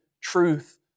truth